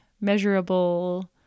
measurable